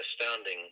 astounding